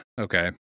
Okay